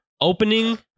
Opening